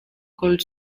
called